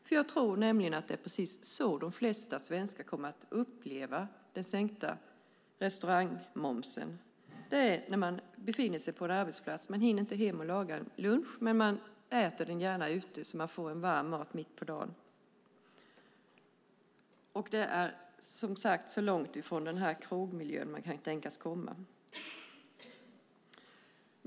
Och jag tror att det är precis så de flesta svenskar kommer att uppleva den sänkta restaurangmomsen: Man befinner sig på en arbetsplats, man hinner inte hem och laga lunch utan äter den gärna ute så att man får varm mat mitt på dagen. Det är så långt från någon krogmiljö man kan tänkas komma.